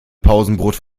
pausenbrot